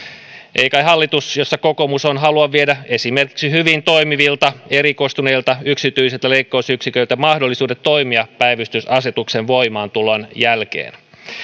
ei kai hallitus jossa kokoomus on halua viedä esimerkiksi hyvin toimivilta erikoistuneilta yksityisiltä leikkausyksiköiltä mahdollisuuksia toimia päivystysasetuksen voimaantulon jälkeen